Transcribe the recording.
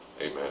Amen